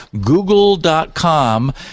Google.com